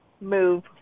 move